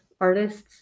artists